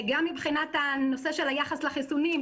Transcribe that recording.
גם מבחינת היחס לחיסונים,